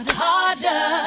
harder